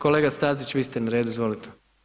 Kolega Stazić, vi ste na redu, izvolite.